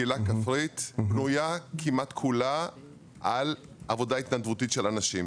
קהילה כפרית בנויה כמעט כולה על עבודה התנדבותית של אנשים.